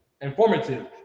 Informative